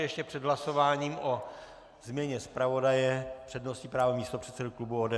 Ještě před hlasováním o změně zpravodaje s přednostním právem místopředseda klubu ODS.